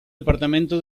departamento